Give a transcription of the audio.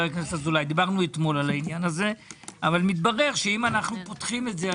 אבל מתברר שאם אנחנו פותחים את זה,